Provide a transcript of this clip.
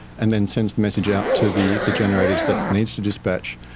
and then sends the message out to the the generators that needs to dispatch,